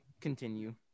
continue